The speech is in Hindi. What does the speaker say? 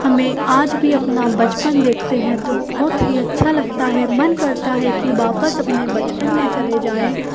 हमें आज भी अपना बचपन देखते हैं तो बहुत ही अच्छा लगता है मन करता है कि वापस अपने बचपन में चले जाएं